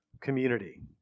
community